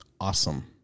awesome